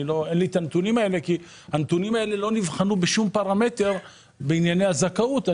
כי הנתונים האלה לא נבחנו בשום פרמטר בענייני הזכאות.